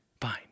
fine